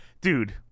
Dude